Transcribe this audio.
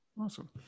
Awesome